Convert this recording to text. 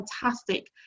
fantastic